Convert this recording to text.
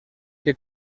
que